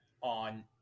on